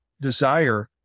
desire